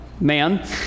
man